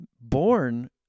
born